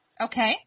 Okay